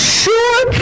sure